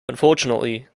unfortunately